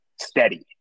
steady